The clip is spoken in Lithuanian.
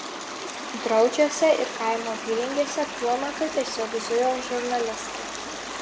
draučiuose ir kaimo apylinkėse tuo metu tiesiog zujo žurnalistai